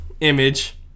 image